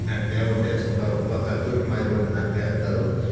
అన్నీ ఒడ్డున వేసుకుంటారు ఒకపక్క తొట్టి మాదిరి ఉంటుంది దాంట్లో ఎత్తారు